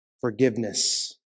forgiveness